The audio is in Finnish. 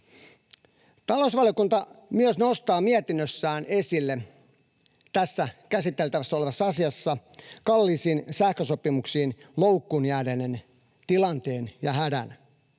Talousvaliokunta myös nostaa mietinnössään esille tässä käsiteltävässä asiassa kalliisiin sopimuksiin loukkuun jääneiden tilanteen ja hädän.